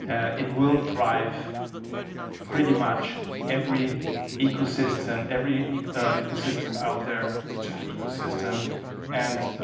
and it will drive pretty much every ecosystem every ecosystem out there digital ecosystem and